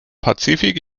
pazifik